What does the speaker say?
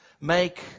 make